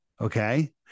Okay